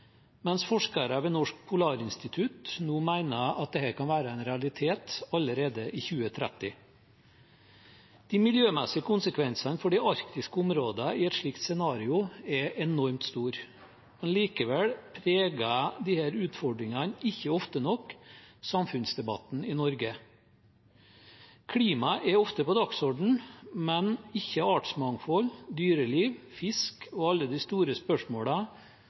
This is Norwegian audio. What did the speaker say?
mens forskere ved Norsk Polarinstitutt nå mener at dette kan være en realitet allerede i 2030. De miljømessige konsekvensene for de arktiske områdene i et slikt scenario er enormt store. Likevel preger disse utfordringene ikke ofte nok samfunnsdebatten i Norge. Klimaet er ofte på dagsordenen, men ikke artsmangfold, dyreliv, fisk og alle de store